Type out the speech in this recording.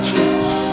Jesus